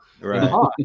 Right